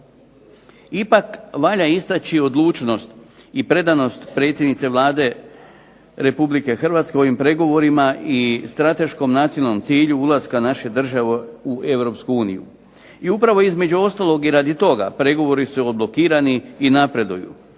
Ipak valja istaći odlučnost i predanost predsjednice Vlada Republike Hrvatske u ovim pregovorima i strateškom nacionalnom cilju ulaska naše države u Europsku uniju. I upravo između ostalog i radi toga pregovori su odblokirani i napreduju.